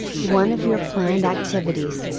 one of your planned activities,